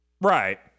Right